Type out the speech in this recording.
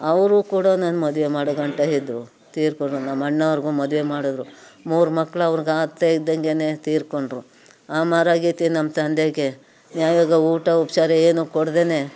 ಅವರು ಕೂಡ ನನ್ನ ಮದುವೆ ಮಾಡೋಗಂಟ ಇದ್ದರು ತೀರಿಕೊಂಡ್ರು ನಮ್ಮಣ್ಣವ್ರಿಗೂ ಮದುವೆ ಮಾಡಿದ್ರು ಮೂರು ಮಕ್ಳು ಅವ್ರ್ಗೆ ಆಗ್ತಾಯಿದ್ದಂತೆಯೇ ತೀರ್ಕೊಂಡ್ರು ಆ ಮಹಾರಾಯ್ತಿ ನಮ್ಮ ತಂದೆಗೆ ಯಾವ್ಯಾವುದೋ ಊಟ ಉಪಚಾರ ಏನು ಕೊಡದೇನೇ